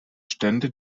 stände